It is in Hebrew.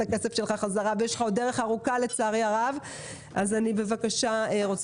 הכסף שלך בחזרה ולצערי הרב יש לך עוד דרך ארוכה.